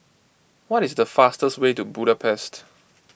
what is the fastest way to Budapest